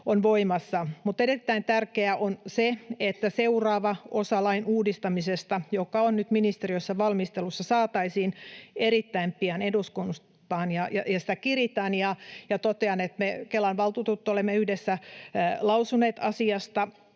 on voimassa. Mutta erittäin tärkeää on se, että seuraava osa lain uudistamisesta, joka on nyt ministeriössä valmistelussa, saataisiin erittäin pian eduskuntaan, ja sitä kiritään. Totean, että me Kelan valtuutetut olemme yhdessä lausuneet asiasta,